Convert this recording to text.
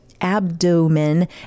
abdomen